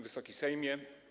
Wysoki Sejmie!